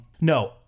No